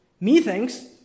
Methinks